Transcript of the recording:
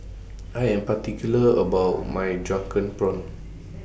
I Am particular about My Drunken Prawns